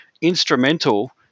instrumental